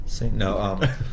No